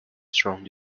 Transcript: strong